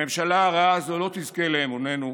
הממשלה הרעה הזאת לא תזכה לאמוננו,